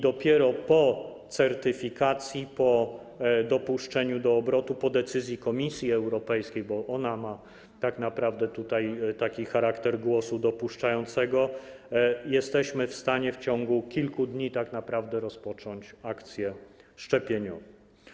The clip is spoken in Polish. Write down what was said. Dopiero po certyfikacji, po dopuszczeniu do obrotu, po decyzji Komisji Europejskiej - bo ona ma tak naprawdę tutaj charakter głosu dopuszczającego - jesteśmy w stanie w ciągu kilku dni tak naprawdę rozpocząć akcję szczepieniową.